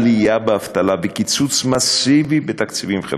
לעלייה באבטלה ולקיצוץ מסיבי בתקציבים חברתיים.